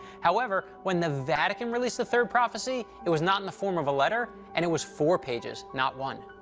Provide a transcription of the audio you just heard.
however, when the vatican released the third prophecy, it was not in the form of a letter and it was four pages, not one.